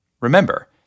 Remember